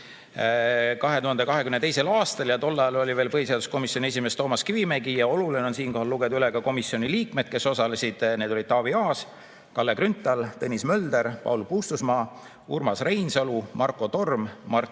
2022. aastal ja tol ajal oli põhiseaduskomisjoni esimees veel Toomas Kivimägi. Oluline on lugeda siinkohal üles ka komisjoni liikmed, kes osalesid. Need olid Taavi Aas, Kalle Grünthal, Tõnis Mölder, Paul Puustusmaa, Urmas Reinsalu, Marko Torm,